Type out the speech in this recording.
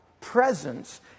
presence